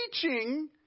teaching